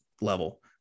level